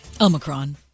Omicron